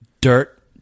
dirt